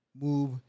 move